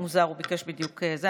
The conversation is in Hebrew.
מוזר, הוא ביקש בדיוק את זה.